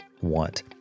want